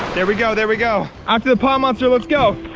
there we go, there we go. after the pond monster, let's go.